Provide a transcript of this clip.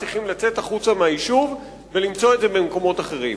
צריכים לצאת מהיישוב ולמצוא את זה במקומות אחרים.